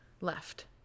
Left